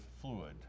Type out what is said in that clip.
fluid